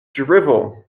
drivel